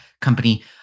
company